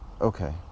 Okay